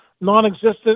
non-existent